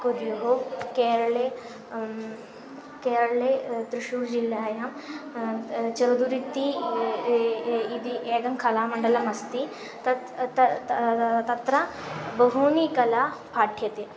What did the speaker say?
कुर्युः केरळे केरळे त्रिशूर्जिल्लायां चदुरित्ति इ एकं कलामण्डलमस्ति तत् त तदा तत्र बहूनि कला पाठ्यन्ते